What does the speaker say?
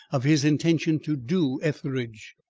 of his intention to do etheridge.